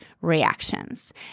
reactions